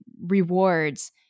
rewards